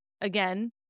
again